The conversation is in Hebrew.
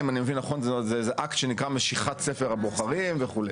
אם אני מבין נכון זה אקט שנקרא משיכת ספר הבוחרים וכו',